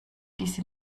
diese